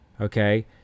okay